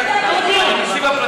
בנושאים הפרטיים,